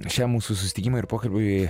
šiam mūsų susitikimui ir pokalbiui